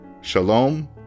Shalom